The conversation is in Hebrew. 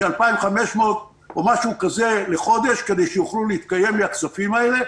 כ-2,500 שקל או משהו כזה לחודש כדי שיוכלו להתקיים מן הכספים האלה.